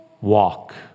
walk